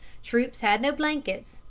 troops had no blankets,